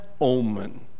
omen